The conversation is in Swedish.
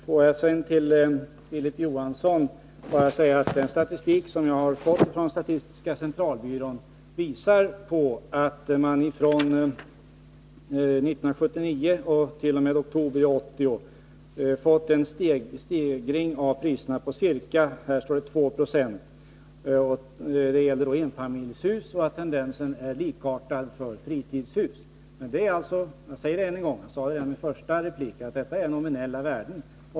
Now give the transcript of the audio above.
Låt mig sedan till Filip Johansson säga att den statistik jag har fått från statistiska centralbyrån visar en stegring av priserna på ca 2 96 från 1979 t.o.m. oktober 1980. Det gäller då enfamiljshus. Tendensen är likartad för fritidshus. Detta gäller alltså — jag sade det redan i min första replik, men jag säger det än en gång — nominella värden.